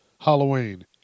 halloween